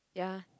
ya